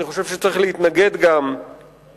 אני חושב שצריך להתנגד גם לכך